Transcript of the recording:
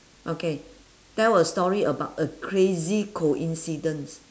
okay tell a story about a crazy coincidence